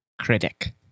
critic